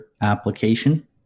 application